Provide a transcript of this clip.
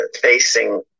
facing